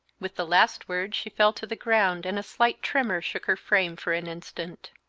with the last word she fell to the ground and a slight tremor shook her frame for an instant.